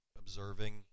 observing